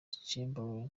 chamberlain